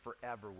forever